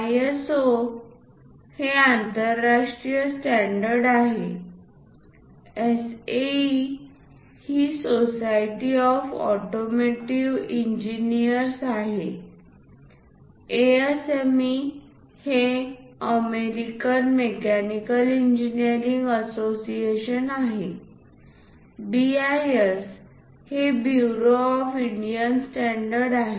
ISO हे आंतरराष्ट्रीय standard आहे SAE ही सोसायटी ऑफ ऑटोमोटिव्ह इंजिनिअर्स आहे ASME हे अमेरिकन मेकॅनिकल इंजिनीअरिंग असोसिएशन आहे आणि BIS हे ब्युरो ऑफ इंडियन स्टॅण्डर्ड आहे